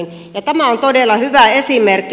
tämä on todella hyvä esimerkki